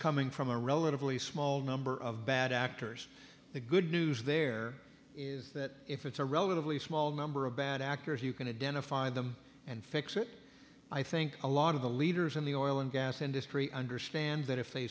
coming from a relatively small number of bad actors the good news there is that if it's a relatively small number of bad actors you can identify them and fix it i think a lot of the leaders in the oil and gas industry understand that if they